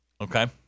Okay